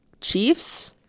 chiefs